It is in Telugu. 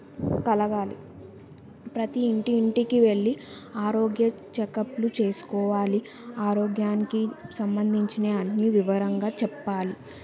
కలగాలి ప్రతీ ఇంటి ఇంటికి వెళ్ళి ఆరోగ్య చెకప్లు చేసుకోవాలి ఆరోగ్యానికి సంబంధించినవన్నీ వివరంగా చెప్పాలి